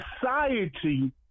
society